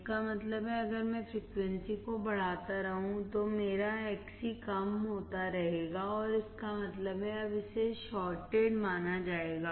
इसका मतलब है कि अगर मैं फ्रीक्वेंसी को बढ़ाता रहूं तो मेरा Xc कम होता रहेगा और इसका मतलब है कि अब इसे शार्टेड माना जाएगा